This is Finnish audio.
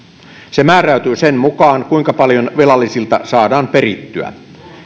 se määräytyy sen mukaan kuinka paljon velallisilta saadaan perittyä